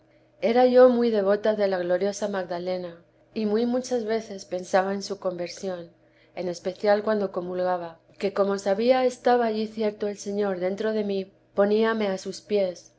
era yo muy devota de la gloriosa magdalena y muy muchas veces pensaba en su conversión en especial cuando comulgaba que como sabía estaba allí cierto el señor dentro de mí poníame a sus pies